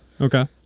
Okay